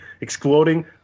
Exploding